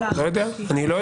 לא יודע.